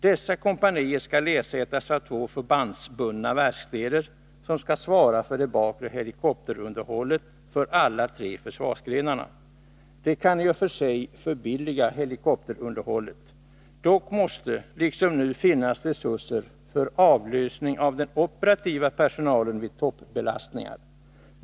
Dessa kompanier skall ersättas med två förbandsbundna verkstäder, som skall svara för det bakre helikopterunderhållet för alla tre försvarsgrenarna. Det kan i och för sig förbilliga helikopterunderhållet. Dock måste liksom nu resurser finnas för avlösning av den operativa personalen vid toppbelastningar.